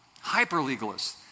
Hyper-legalists